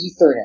Ethernet